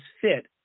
fit